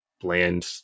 bland